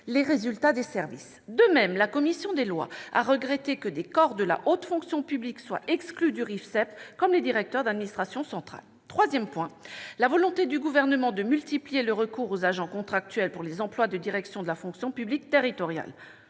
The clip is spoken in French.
les résultats des services. De même, la commission des lois a regretté que des corps de la haute fonction publique soient exclus du RIFSEEP, comme celui des directeurs d'administration centrale. Troisième point, la volonté du Gouvernement est de multiplier le recours aux agents contractuels pour les emplois de direction de la fonction publique territoriale.